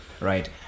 right